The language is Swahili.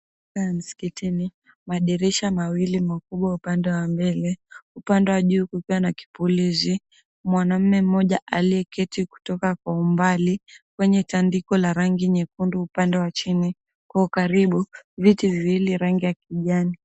Hapa ni msikitini madirisha mawili makubwa upande wa mbele, upande wa juu kukiwa na kipulizi. Mwanaume mmoja aliyeketi kutoka kwa umbali kwenye tandiko la rangi nyekundu upande wa chini. Kwa ukaribu viti viwili rangi ya kijani.